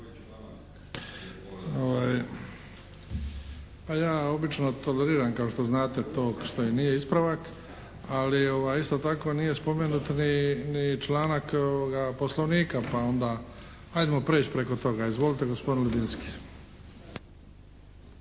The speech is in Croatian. Pa ja obično toleriram kao što znate ono što i nije ispravak, ali isto tako nije spomenuto ni članak Poslovnika pa onda ajdemo prijeći preko toga. Izvolite gospodin Ledinski.